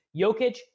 Jokic